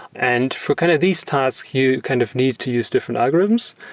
and for kind of these tasks, you kind of need to use different algorithms.